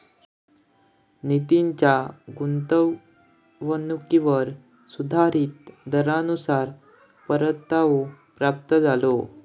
नितीनच्या गुंतवणुकीवर सुधारीत दरानुसार परतावो प्राप्त झालो